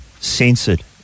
Censored